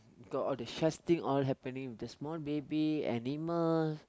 cause all the things all happening with the small baby animal